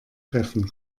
treffen